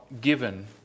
given